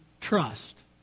trust